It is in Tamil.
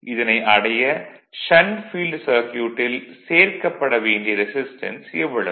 இதனை அடைய ஷண்ட் ஃபீல்டு சர்க்யூட்டில் சேர்க்கப்பட வேண்டிய ரெசிஸ்டன்ஸ் எவ்வளவு